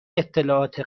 اطلاعات